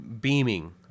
beaming